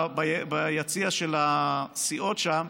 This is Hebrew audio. שיושבים ביציע של הסיעות שם,